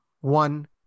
one